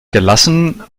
gelassen